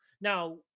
Now